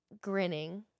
grinning